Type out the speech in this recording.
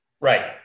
Right